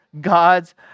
God's